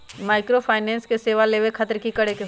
Microfinance के सेवा लेबे खातीर की करे के होई?